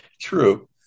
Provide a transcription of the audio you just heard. True